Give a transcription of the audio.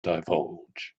divulge